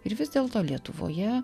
ir vis dėlto lietuvoje